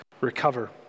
recover